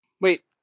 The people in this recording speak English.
Wait